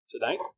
tonight